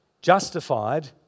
Justified